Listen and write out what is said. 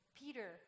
peter